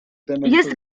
jest